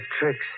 tricks